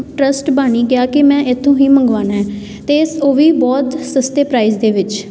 trust ਬਣ ਹੀ ਗਿਆ ਕਿ ਮੈਂ ਇੱਥੋਂ ਹੀ ਮੰਗਵਾਉਣਾ ਅਤੇ ਸ ਉਹ ਵੀ ਬਹੁਤ ਸਸਤੇ ਪ੍ਰਾਈਜ਼ ਦੇ ਵਿੱਚ